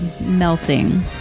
melting